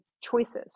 choices